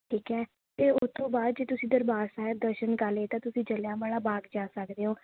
ਠੀਕ ਹੈ ਅਤੇ ਉਹ ਤੋਂ ਬਾਅਦ ਜੇ ਤੁਸੀਂ ਦਰਬਾਰ ਸਾਹਿਬ ਦਰਸ਼ਨ ਕਰ ਲਏ ਤਾਂ ਤੁਸੀਂ ਜਲ੍ਹਿਆਂਵਾਲਾ ਬਾਗ ਜਾ ਸਕਦੇ ਹੋ